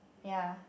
ya